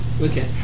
Okay